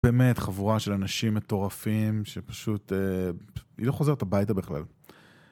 באמת חבורה של אנשים מטורפים שפשוט... היא לא חוזרת הביתה בכלל.